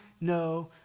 no